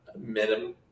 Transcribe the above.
minimum